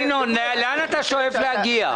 ינון אזולאי, לאן אתה שואף להגיע?